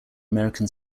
american